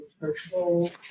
virtual